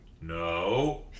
no